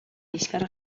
liskar